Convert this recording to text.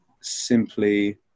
simply